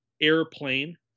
Airplane